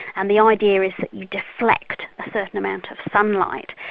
and the idea is that you deflect a certain amount of sunlight.